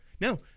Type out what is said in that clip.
No